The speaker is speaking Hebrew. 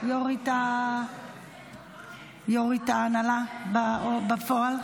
יו"רית ההנהלה בפועל?